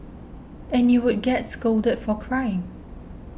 and you would get scolded for crying